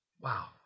Wow